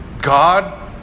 God